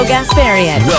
Gasparian